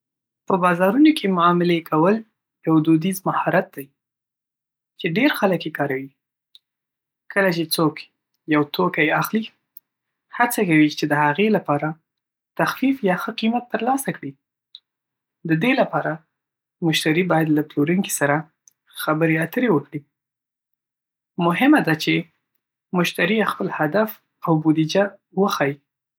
په بازارونو کې معاملې کول یو دودیز مهارت دی چې ډېر خلک یې کاروي. کله چې څوک یوه توکي اخلي، هڅه کوي چې د هغې لپاره تخفیف یا ښه قیمت ترلاسه کړي. د دې لپاره، مشتری باید له پلورونکي سره خبرې اترې وکړي. مهمه ده چې مشتری خپل هدف او بودیجه وښيي. پلورونکی هم هڅه کوي چې توکی په ښه ډول تشریح کړي.